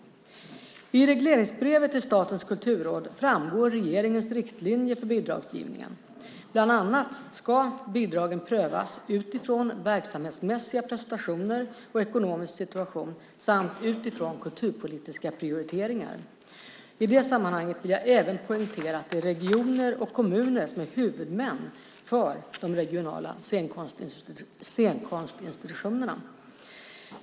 I regleringsbrevet till Statens kulturråd framgår regeringens riktlinjer för bidragsgivningen. Bland annat ska bidragen prövas utifrån verksamhetsmässiga prestationer och ekonomisk situation samt utifrån kulturpolitiska prioriteringar. I detta sammanhang vill jag även poängtera att det är regioner och kommuner som är huvudmän för de regionala scenkonstinstitutionerna.